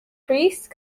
priest